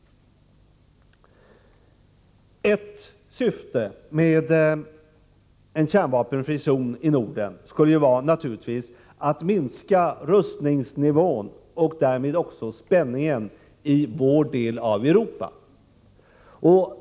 Ett syfte med en kärnvapenfri zon i Norden skulle naturligtvis vara att minska rustningsnivån och därmed också spänningen i vår del av Europa.